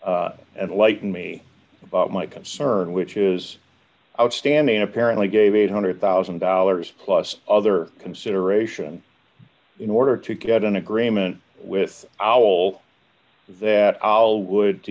and lighten me about my concern which is outstanding apparently gave eight hundred thousand dollars plus other consideration in order to get an agreement with our all that all would to